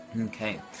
Okay